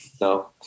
No